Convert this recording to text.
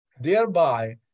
thereby